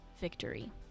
victory